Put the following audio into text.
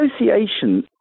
Association